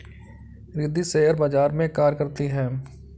Riddhi share बाजार में कार्य करती है